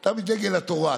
אתה מדגל התורה,